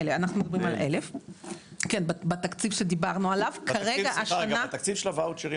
התקציב של הוואוצ'רים,